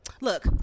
look